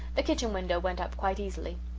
the kitchen window went up quite easily.